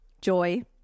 joy